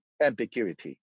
ambiguity